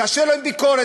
קשה לו עם ביקורת.